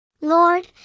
Lord